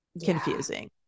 confusing